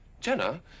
Jenna